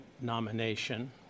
nomination